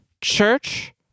church